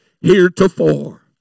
heretofore